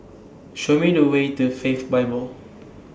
Show Me The Way to Faith Bible